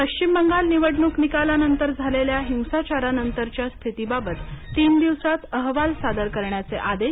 पश्चिम बंगाल निवडणुक निकालानंतर झालेल्या हिंसाचारानंतरच्या स्थितीबाबत तीन दिवसात अहवाल सादर करण्याचे आदेश